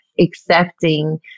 accepting